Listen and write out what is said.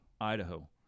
Idaho